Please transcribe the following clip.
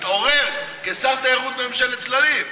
מתעורר כשר תיירות בממשלת צללים.